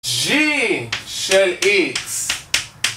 ג'י של איקס